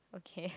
okay